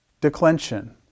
declension